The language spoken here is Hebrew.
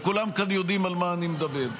וכולם כאן יודעים על מה אני מדבר.